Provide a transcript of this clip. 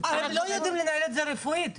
אבל הם לא יודעים לנהל את זה רפואית.